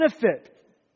benefit